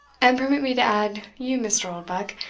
and permit me to add, you, mr. oldbuck,